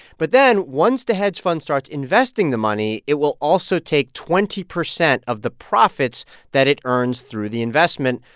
but then once the hedge fund starts investing the money, it will also take twenty percent of the profits that it earns through the investment.